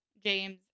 James